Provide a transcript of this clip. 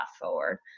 forward